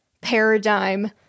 paradigm –